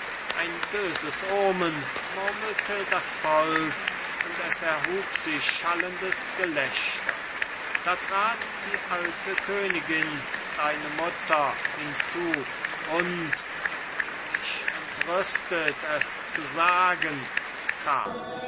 ein böses omen murmelte das volk und es erhub sich schallendes gelächter da trat die alte königin deine mutter hinzu und mich entrüstet es zu sagen karl